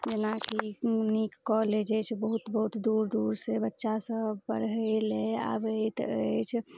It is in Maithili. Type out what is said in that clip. जेनाकि नीक कॉलेज अछि बहुत बहुत दूर दूरसँ बच्चा सब पढ़य लए आबैत अछि